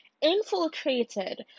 infiltrated